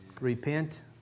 Repent